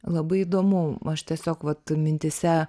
labai įdomu aš tiesiog vat mintyse